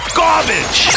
garbage